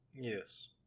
Yes